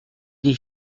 des